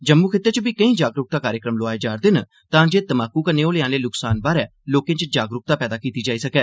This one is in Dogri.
जम्मू खित्ते च बी केईं जागरूकता कार्यक्रम लोआए जा'रदे न तां जे तंबाकू कन्नै होने आहले नुक्सान बारै लोकें च जागरूकता पैदा कीती जाई सकै